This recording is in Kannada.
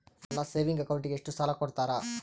ನನ್ನ ಸೇವಿಂಗ್ ಅಕೌಂಟಿಗೆ ಎಷ್ಟು ಸಾಲ ಕೊಡ್ತಾರ?